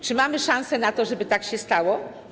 Czy mamy szansę na to, żeby tak się stało?